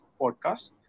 podcast